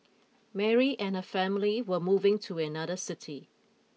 Mary and her family were moving to another city